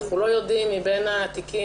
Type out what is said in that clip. אנחנו לא יודעים אם בין התיקים,